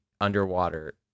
underwater